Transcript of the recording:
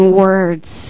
words